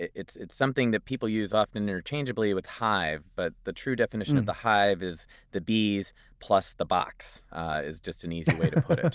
it's it's something that people use often interchangeably with hive, but the true definition of the hive is the bees plus the box it's just an easier way to put